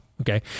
Okay